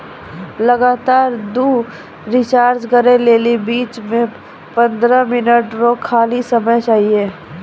लगातार दु रिचार्ज करै लेली बीच मे पंद्रह मिनट रो खाली समय चाहियो